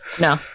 No